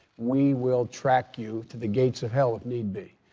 we will track you to the gates of hell, if need be.